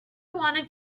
wanted